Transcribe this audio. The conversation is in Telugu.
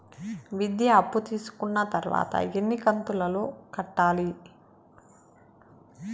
విద్య అప్పు తీసుకున్న తర్వాత ఎన్ని కంతుల లో కట్టాలి?